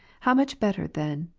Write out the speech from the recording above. how much better then,